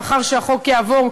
לאחר שהחוק יעבור,